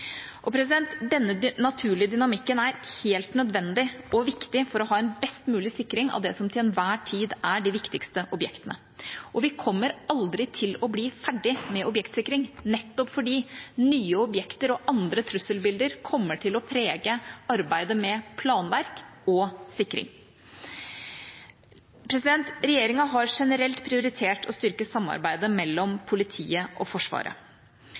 Denne naturlige dynamikken er helt nødvendig og viktig for å ha en best mulig sikring av det som til enhver tid er de viktigste objektene, og vi kommer aldri til å bli ferdig med objektsikring – nettopp fordi nye objekter og andre trusselbilder kommer til å prege arbeidet med planverk og sikring. Regjeringa har generelt prioritert å styrke samarbeidet mellom politiet og Forsvaret.